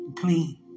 Clean